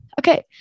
Okay